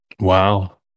Wow